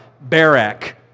Barak